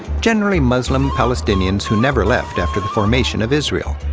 generally muslim palestinians who never left after the formation of israel.